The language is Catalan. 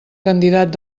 candidat